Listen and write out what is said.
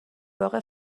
واقع